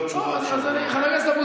לא חייב תשובה